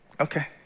okay